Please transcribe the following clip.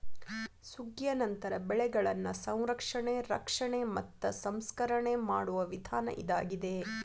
ಸುಗ್ಗಿಯ ನಂತರ ಬೆಳೆಗಳನ್ನಾ ಸಂರಕ್ಷಣೆ, ರಕ್ಷಣೆ ಮತ್ತ ಸಂಸ್ಕರಣೆ ಮಾಡುವ ವಿಧಾನ ಇದಾಗಿದೆ